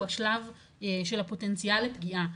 הוא השלב של הפוטנציאל לפגיעה,